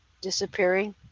disappearing